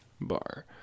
bar